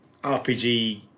RPG